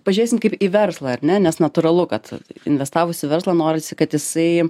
pažiūrėsim kaip į verslą ar ne nes natūralu kad investavus į verslą norisi kad jisai